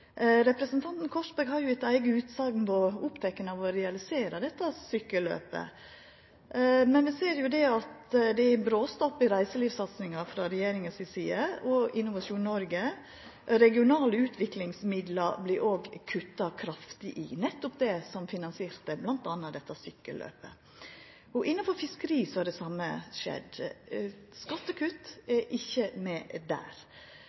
Representanten Korsberg har etter eiga utsegn vore oppteken av å realisera dette sykkelløpet, men vi ser at det er bråstopp i reiselivssatsinga frå regjeringa si side og frå Innovasjon Noreg, og regionale utviklingsmidlar er det òg kutta kraftig i – nettopp det som finansierte bl.a. dette sykkelløpet. Òg innanfor fiskeri har det same skjedd. Skattekutt er ikkje med der.